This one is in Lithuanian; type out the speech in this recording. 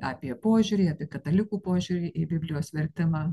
apie požiūrį apie katalikų požiūrį į biblijos vertimą